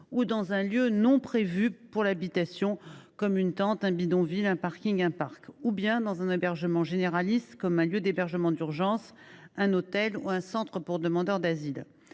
rue, dans un lieu non prévu pour l’habitation – une tente, un bidonville, un parking, un parc – ou dans un hébergement généraliste, comme un lieu d’hébergement d’urgence, un hôtel ou un centre pour demandeur d’asile.